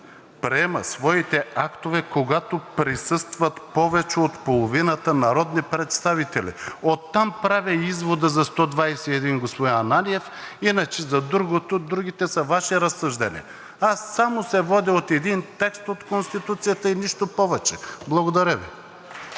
приема своите актове, когато присъстват повече от половината народни представители.“ Оттам правя извода за 121, господин Ананиев. Иначе за другото – другите, са Ваши разсъждения. Аз само се водя от един текст от Конституцията и нищо повече. Благодаря Ви.